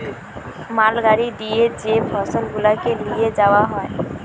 মাল গাড়ি দিয়ে যে ফসল গুলাকে লিয়ে যাওয়া হয়